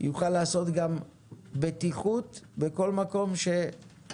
הוא יוכל לעשות גם בטיחות בכל מקום שפועלת